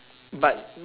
but